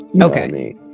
okay